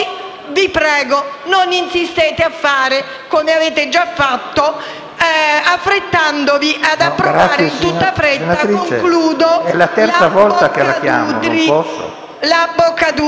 Vi prego, non insistete a fare come avete già fatto, affrettandovi ad approvare in tutta fretta la Boccadutri,